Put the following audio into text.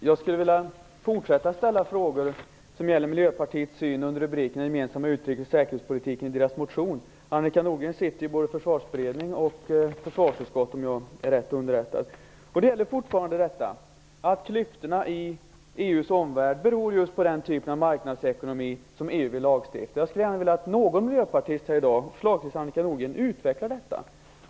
Fru talman! Jag vill fortsätta att ställa frågor som gäller synen i Miljöpartiets motion angående rubriken Nordgren sitter ju både i Försvarsberedningen och i försvarsutskottet, om jag är rätt underrättad. Ni säger fortfarande att klyftorna i EU:s omvärld beror just på den typ marknadsekonomi som EU vill lagstifta om. Jag skulle vilja att någon miljöpartist här i dag - förslagsvis Annika Nordgren - utvecklade detta.